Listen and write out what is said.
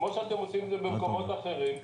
כמו שאתם עושים במקומות אחרים,